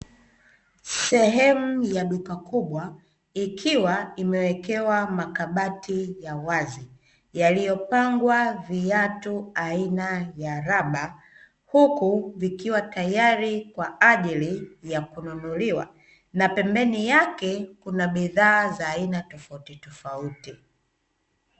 Sehemu ya duka kubwa, ikiwa imewekewa makabati ya wazi, yaliyopangwa viatu aina ya raba, huku vikiwa tayari kwa ajili ya kununuliwa, na pembeni yake kuna na bidhaa aina tofautitofauti.